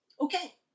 okay